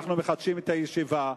אנחנו מחדשים את הישיבה.